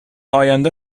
آینده